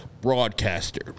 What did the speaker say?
broadcaster